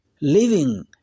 Living